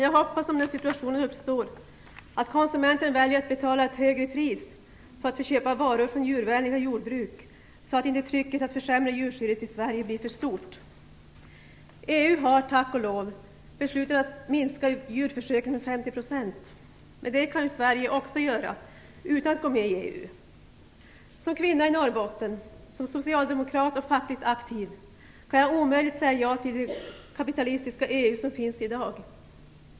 Jag hoppas att konsumenten, om den situationen uppstår, väljer att betala ett högre pris för att få varor från djurvänliga jordbruk, så att inte trycket att försämra djurskyddet i Sverige blir för stort. EU har, tack och lov, beslutat att minska djurförsöken med 50 %. Men det kan ju Sverige också göra utan att gå med i EU. Som kvinna i Norrbotten, och som socialdemokrat och fackligt aktiv, kan jag omöjligt säga ja till det kapitalistiska EU som finns i dag!